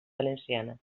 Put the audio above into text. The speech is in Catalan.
valenciana